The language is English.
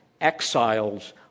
exiles